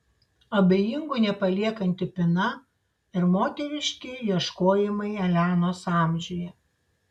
abejingų nepaliekanti pina ir moteriški ieškojimai elenos amžiuje